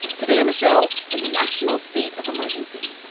today on the show the national state of emergency.